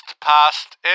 passed